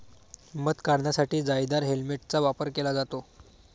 मध काढण्यासाठी जाळीदार हेल्मेटचा वापर केला जातो